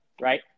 right